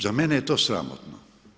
Za mene je to sramotno.